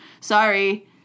Sorry